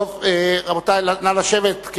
רבותי, נא לשבת.